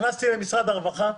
נכנסתי למשרד הרווחה,